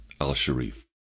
al-Sharif